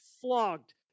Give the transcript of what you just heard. flogged